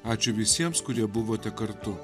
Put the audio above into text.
ačiū visiems kurie buvote kartu